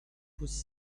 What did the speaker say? was